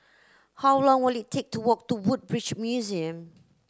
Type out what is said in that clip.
how long will it take to walk to Woodbridge Museum